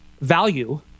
value